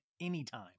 anytime